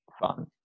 fun